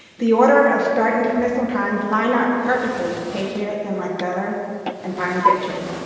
the order of start and dismissal times line up perfectly, patriot, then marsteller and finally victory.